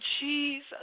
Jesus